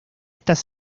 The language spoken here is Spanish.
estas